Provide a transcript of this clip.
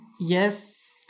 Yes